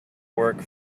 work